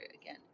again